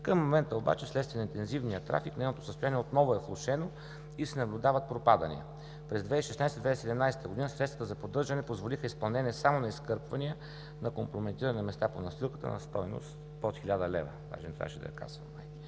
Към момента обаче вследствие на интензивния трафик нейното състояние отново е влошено и се наблюдават пропадания. През 2016 – 2017 г. средствата за поддържане позволиха изпълнение само на изкърпвания на компрометирани места по настилката на стойност под 1000 лв.